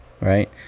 Right